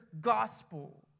gospel